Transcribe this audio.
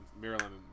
Maryland